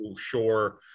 sure